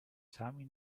sami